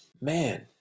man